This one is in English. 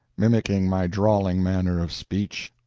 mimicking my drawling manner of speech.